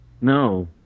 No